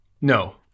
No